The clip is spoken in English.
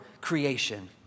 creation